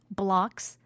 blocks